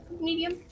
medium